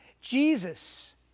Jesus